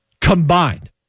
Combined